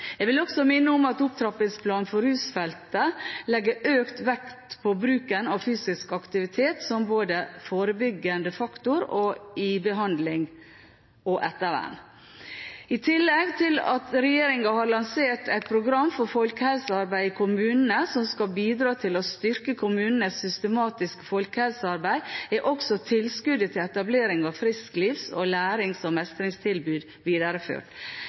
Jeg vil også minne om at Opptrappingsplanen for rusfeltet legger økt vekt på bruken av fysisk aktivitet som både forebyggende faktor og i behandling og ettervern. I tillegg til at regjeringen har lansert et program for folkehelsearbeid i kommunene som skal bidra til å styrke kommunenes systematiske folkehelsearbeid, er også tilskuddet til etablering av frisklivs-, lærings- og mestringstilbud videreført.